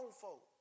folk